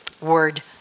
word